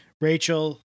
Rachel